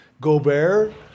Gobert